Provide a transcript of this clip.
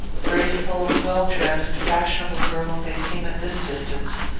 graceful, well-dressed, fashionable girls they seem at this distance.